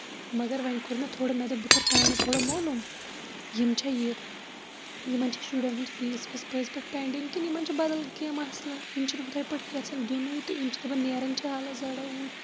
مَگر وۄنۍ کوٚر مےٚ تھوڑا مےٚ دوٚپ بہٕ کرٕ پانہٕ تھوڑا معلوٗم یِم چھا یہِ یِمن چھا شُرٮ۪ن ہُند فیٖس ویٖس پٔز پٲٹھۍ پینڈِنگ کِنہٕ یِمن چھُ بدل کیٚنہہ مَسلہٕ یِم چھِنہٕ ہُتھاے پٲٹھۍ یَژھان دِنُے تہٕ یِم چھِ دَپان نیران چھِ ہالہ زَڈا اوٗرۍ